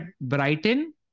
Brighton